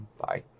Bye